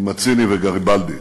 ממציני וגריבלדי.